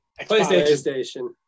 PlayStation